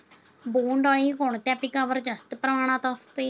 बोंडअळी कोणत्या पिकावर जास्त प्रमाणात असते?